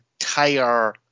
entire